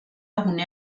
gune